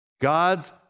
God's